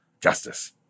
justice